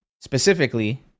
Specifically